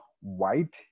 white